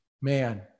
man